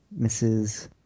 Mrs